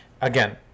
Again